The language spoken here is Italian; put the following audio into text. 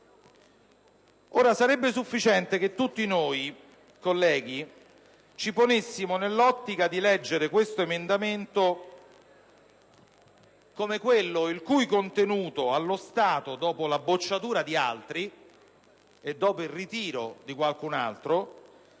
Sarebbe sufficiente che tutti noi ci ponessimo nell'ottica di leggere questo emendamento come quello il cui contenuto, allo stato - cioè dopo la bocciatura di altri ed il ritiro di qualcun altro